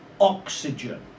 oxygen